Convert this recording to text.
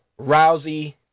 Rousey